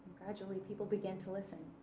gradually, people began to listen.